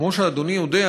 כמו שאדוני יודע,